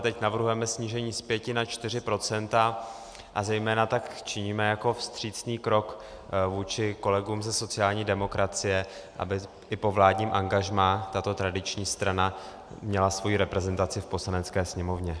Teď navrhujeme snížení z 5 % na 4 % a zejména tak činíme vstřícný krok vůči kolegům ze sociální demokracie, aby i po vládním angažmá tato tradiční strana měla svoji reprezentaci v Poslanecké sněmovně.